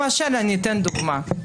למשל אני אביא דוגמה,